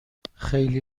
خیلی